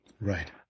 Right